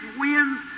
winds